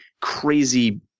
crazy